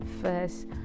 first